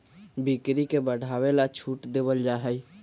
बिक्री के बढ़ावे ला छूट देवल जाहई